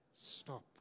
Stop